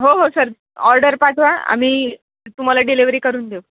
हो हो sir order पाठवा आम्ही तुम्हाला डिलेिवर्हरी करून देऊ